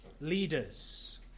leaders